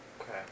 Okay